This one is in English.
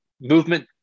movement